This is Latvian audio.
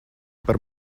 par